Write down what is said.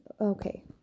Okay